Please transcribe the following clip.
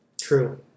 True